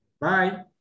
Bye